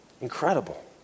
Incredible